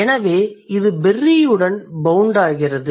எனவே இது berry உடன் பௌண்ட் ஆகிறது